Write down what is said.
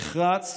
נחרץ,